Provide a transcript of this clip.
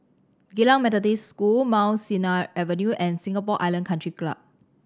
Geylang Methodist School Mount Sinai Avenue and Singapore Island Country Club